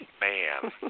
man